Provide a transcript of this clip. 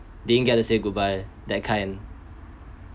didn't get to say goodbye that kind